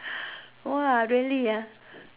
!wah! really ah